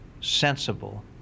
sensible